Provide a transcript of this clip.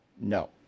no